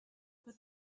but